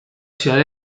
ciudad